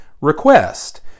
request